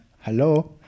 hello